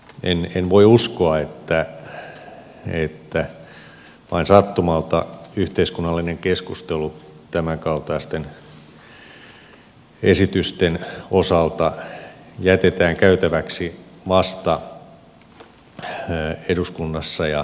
en voi uskoa että vain sattumalta yhteiskunnallinen keskustelu tämänkaltaisten esitysten osalta jätetään käytäväksi vasta eduskunnassa ja eduskunnan valtiovarainvaliokunnan verojaostossa